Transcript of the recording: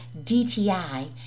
DTI